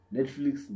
Netflix